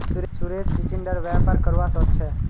सुरेश चिचिण्डार व्यापार करवा सोच छ